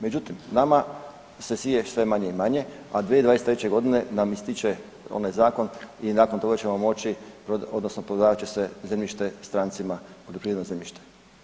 Međutim, nama se sije sve manje i manje, a 2023. godine nam ističe onaj zakon i nakon toga ćemo moći, odnosno prodavat će se zemljište strancima, poljoprivredno zemljište.